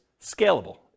scalable